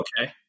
Okay